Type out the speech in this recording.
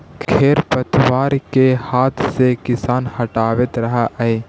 खेर पतवार के हाथ से किसान हटावित रहऽ हई